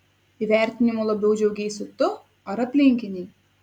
įvertinimu labiau džiaugeisi tu ar aplinkiniai